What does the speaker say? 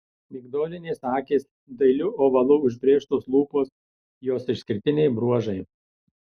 migdolinės akys dailiu ovalu užbrėžtos lūpos jos išskirtiniai bruožai